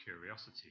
curiosity